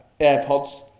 AirPods